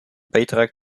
beitrag